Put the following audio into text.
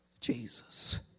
Jesus